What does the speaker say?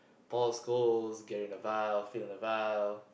all scores Gary-Neville Phil-Neville